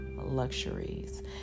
luxuries